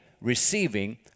receiving